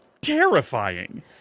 terrifying